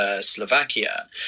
Slovakia